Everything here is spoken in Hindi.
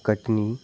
कटनी